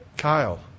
Kyle